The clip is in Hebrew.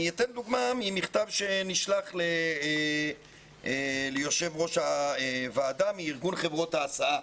אני אתן דוגמה ממכתב שנשלח ליושב ראש הוועדה מארגון חברות ההסעה.